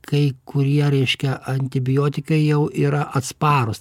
kai kurie reiškia antibiotikai jau yra atsparūs